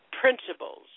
principles